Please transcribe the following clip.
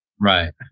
Right